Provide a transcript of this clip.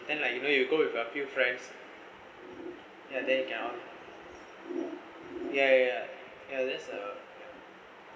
then like you know you go with a few friends ya then you cannot ya ya ya there's a